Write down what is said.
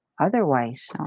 otherwise